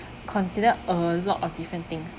considered a lot of different things